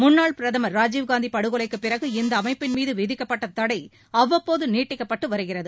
முன்னாள் பிரதமர் ராஜீவ்காந்தி படுகொலைக்குப் பிறகு இந்த அமைப்பின்மீது விதிக்கப்பட்ட தடை அவ்வப்போது நீட்டிக்கப்பட்டு வருகிறது